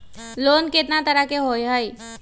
Loan केतना तरह के होअ हई?